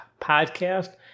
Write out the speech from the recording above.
podcast